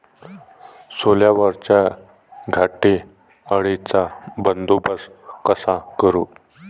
सोल्यावरच्या घाटे अळीचा बंदोबस्त कसा करू?